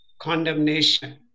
condemnation